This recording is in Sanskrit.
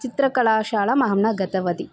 चित्रकलाशालां अहं न गतवती